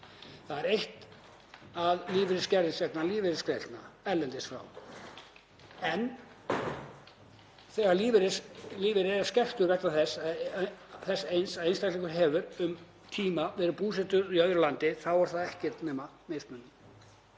Það er eitt að lífeyrir skerðist vegna lífeyrisgreiðslna erlendis frá, en þegar lífeyrir er skertur vegna þess eins að einstaklingur hefur um tíma verið búsettur í öðru landi þá er það ekkert nema mismunun.